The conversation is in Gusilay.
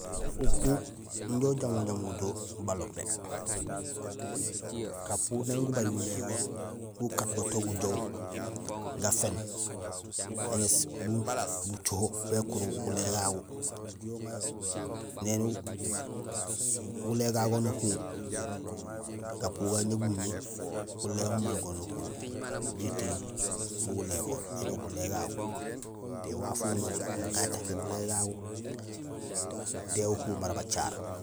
Upu inja ujamoor jamoor do balobé. Gupu nang gubay gulégo gugaat go to gujoow gaféén, éŋéés bu fucoho bé kuur gulé gagu, néni gulé gagu goon nuhu, gapu gagu inja gumiir gulé gumaan gon uhu, bétéhul bun guléhool béñoow gulé gagu té waaf uwu ga attaqué gulé gagu té uhu mara bacaar.